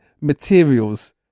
materials